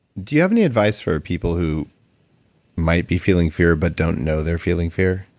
do you have any advice for people who might be feeling fear but don't know they're feeling fear?